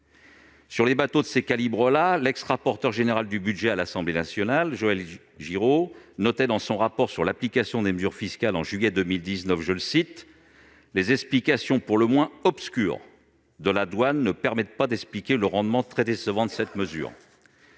des bateaux de ce calibre, l'ancien rapporteur général du budget à l'Assemblée nationale, Joël Giraud, notait dans son rapport sur l'application des mesures fiscales, en juillet 2019 :« Les explications pour le moins obscures de la douane ne permettent pas d'expliquer le rendement très décevant de cette mesure. »